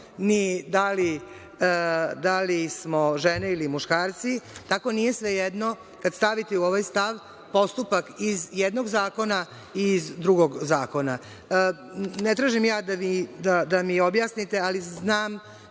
ni da li smo žene ili muškarci, tako nije svejedno kad stavite u ovaj stav, postupak iz jednog zakona i iz drugog zakona. Ne tražim da mi objasnite, ali znam